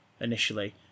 Initially